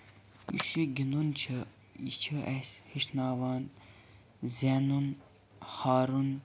یُس یہِ گِنٛدُن چھُ یہِ چھےٚ اَسہِ ہیٚھناوان زینُن ہارُن